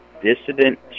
dissident